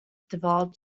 developed